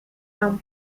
san